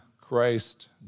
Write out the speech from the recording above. Christ